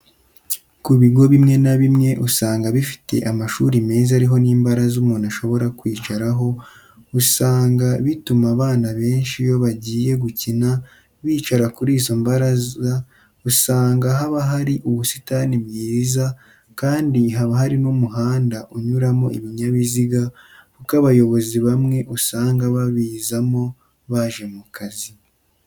Ku bigo bimwe na bimwe usanga bifite amashuri meza ariho n'imbaraza umuntu ashobora kwicaraho, usanga bituma abana benshi iyo bagiye gukina bicara kuri izo mbaraza, usanga haba hari ubusitani bwiza kandi haba hari n'umuhanda unyuramo ibinyabiziga kuko abayobozi bamwe usanga babizamo baje mu kazi.